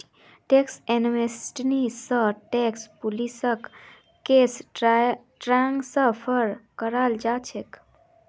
tax amnesty स tax पुलिसक case transfer कराल जा छेक